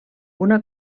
una